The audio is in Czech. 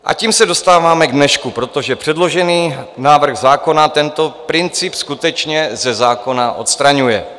A tím se dostáváme k dnešku, protože předložený návrh zákona tento princip skutečně ze zákona odstraňuje.